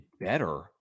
better